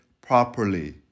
properly